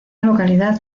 localidad